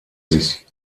sich